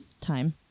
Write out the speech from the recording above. time